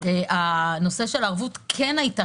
הנושא של ערבות כן היתה